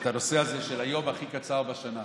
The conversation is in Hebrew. את הנושא הזה של היום הכי קצר בשנה.